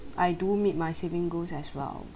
I do make my saving goals as well